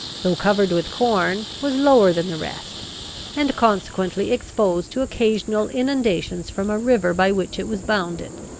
though covered with corn, was lower than the rest and consequently exposed to occasional inundations from a river by which it was bounded.